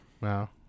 Wow